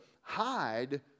hide